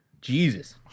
Jesus